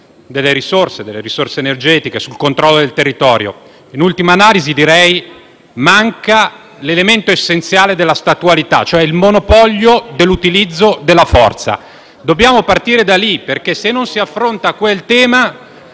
sulla divisione delle risorse energetiche e sul controllo del territorio. In ultima analisi, direi che manca l'elemento essenziale della statualità, cioè il monopolio dell'utilizzo della forza. Dobbiamo partire da lì perché, se non si affronta quel tema,